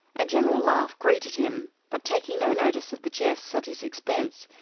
a general laugh greeted him, but, taking no notice of the jests at his expense,